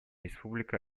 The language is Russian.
республика